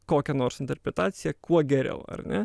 kokią nors interpretaciją kuo geriau ar ne